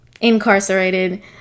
incarcerated